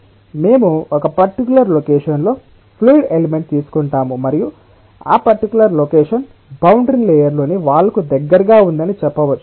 కాబట్టి మేము ఒక పర్టికులర్ లొకేషన్ లో ఫ్లూయిడ్ ఎలిమెంట్ తీసుకుంటాము మరియు ఆ పర్టికులర్ లొకేషన్ బౌండరీ లేయర్ లోని వాల్ కు దగ్గరగా ఉందని చెప్పవచ్చు